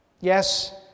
Yes